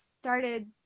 started